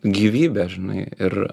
gyvybė žinai ir